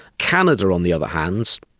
canada, on the other hand,